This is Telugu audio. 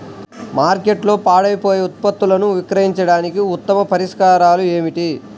మార్కెట్లో పాడైపోయే ఉత్పత్తులను విక్రయించడానికి ఉత్తమ పరిష్కారాలు ఏమిటి?